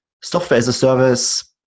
software-as-a-service